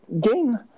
gain